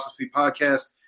podcast